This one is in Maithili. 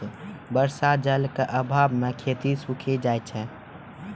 बर्षा जल क आभाव म खेती सूखी जाय छै